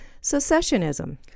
secessionism